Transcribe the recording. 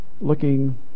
looking